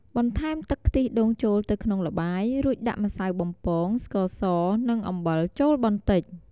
បន្ថែមទឹកខ្ទិះដូងចូលទៅក្នុងល្បាយ រួចដាក់ម្សៅបំពង ស្ករស និងអំបិលចូលបន្តិច។